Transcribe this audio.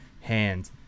hand